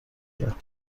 کرد